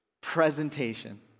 presentation